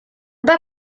pas